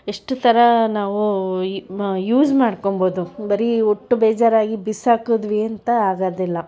ಎಷ್ಟು ಥರ ನಾವು ಈ ಯೂಸ್ ಮಾಡ್ಕೋಬೋದು ಬರೀ ಉಟ್ಟು ಬೇಜಾರಾಗಿ ಬಿಸಾಕಿದ್ವಿ ಅಂತ ಆಗೋದಿಲ್ಲ